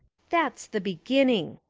that's the beginning,